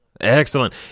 Excellent